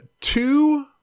two